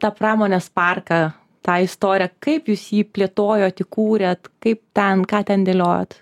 tą pramonės parką tą istoriją kaip jūs jį plėtojot įkūrėt kaip ten ką ten dėliojot